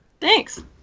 thanks